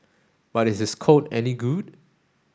but is his code any good